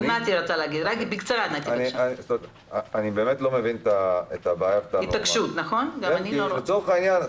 אני באמת לא מבין את הבעיה כי לצורך העניין,